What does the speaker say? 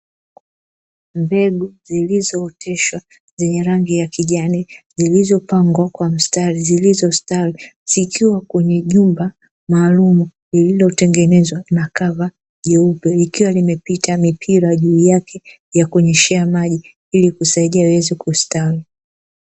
Mbegu zilizooteshwa zenye rangi ya kijani, zilizopangwa kwa mstari zilizositawi zikiwa kwenye jumba maalumu lililotengenezwa na kava jeupe likiwa limepita mipira juu yake ya kunyeshea maji ili kuisaidia iweze kusitawi.